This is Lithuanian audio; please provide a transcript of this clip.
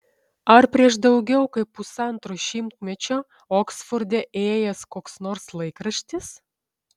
ar prieš daugiau kaip pusantro šimtmečio oksforde ėjęs koks nors laikraštis